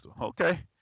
Okay